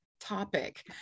topic